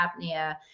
apnea